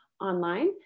online